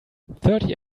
thirty